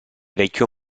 vecchio